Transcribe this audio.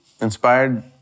inspired